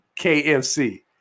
KFC